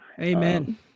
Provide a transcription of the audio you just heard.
amen